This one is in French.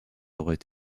aurait